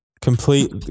complete